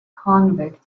convict